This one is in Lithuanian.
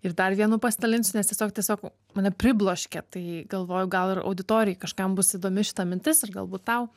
ir dar vienu pasidalinsiu nes tiesiog tiesiog mane pribloškė tai galvoju gal ir auditorijai kažkam bus įdomi šita mintis ir galbūt tau